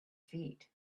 feet